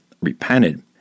repented